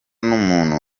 n’umuntu